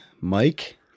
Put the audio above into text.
Mike